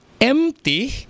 empty